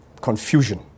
confusion